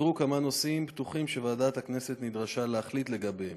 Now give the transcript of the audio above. נותרו כמה נושאים פתוחים שוועדת הכנסת נדרשה להחליט לגביהם.